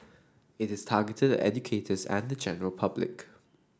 it is targeted at educators and general public